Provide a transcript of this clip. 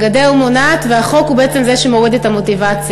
הגדר מונעת והחוק הוא בעצם זה שמוריד את המוטיבציה.